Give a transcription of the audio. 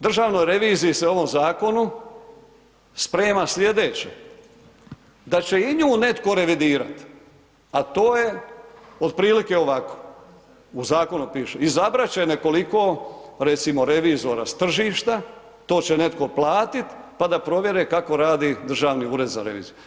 Državna reviziji se ovom zakonu sprema slijedeće, da će i nju netko revidirati, a to je otprilike ovako, u zakonu piše, izabrati će nekoliko recimo revizora s tržišta, to će netko platiti, pa da provjere kako radi Državni ured za reviziju.